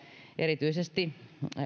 erityisesti se